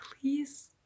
please